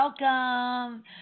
Welcome